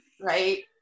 right